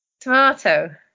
Tomato